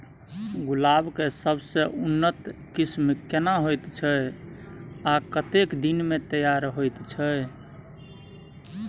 गुलाब के सबसे उन्नत किस्म केना होयत छै आ कतेक दिन में तैयार होयत छै?